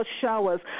showers